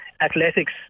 athletics